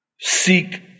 seek